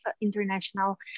international